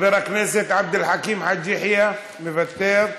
חבר הכנסת עבד אל חכים חאג' יחיא, מוותר,